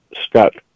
Scott